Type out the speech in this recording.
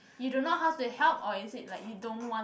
you don't know how to help or is it like you don't want